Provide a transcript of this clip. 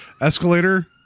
escalator